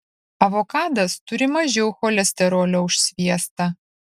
avokadas turi mažiau cholesterolio už sviestą